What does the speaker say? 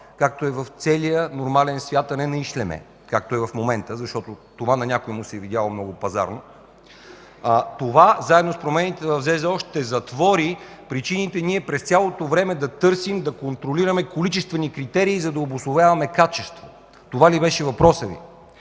както е в целия нормален свят, а не на ишлеме, както е в момента, защото на някого му се е видяло много пазарно, това, заедно с промените в ЗЗО (Закона за здравното осигуряване), ще затвори причините ние през цялото време да търсим, да контролираме количествени критерии, за да обосноваваме качество. Това ли беше въпросът Ви?